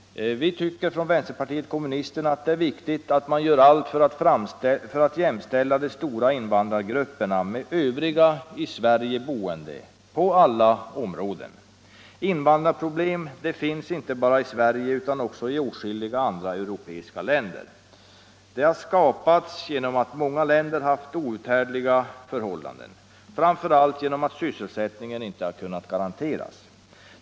Vänsterpartiet kommunisterna tycker det är viktigt att man gör allt för att jämställa de stora invandrargrupperna med övriga i Sverige boende — på alla områden. Invandrarproblem finns inte bara i Sverige utan i åtskilliga andra europeiska länder. De har skapats genom att många människor i sitt hemland har haft outhärdliga förhållanden, framför allt genom att sysselsättningen där inte har kunnat garanteras.